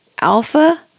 Alpha